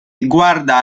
guarda